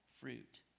fruit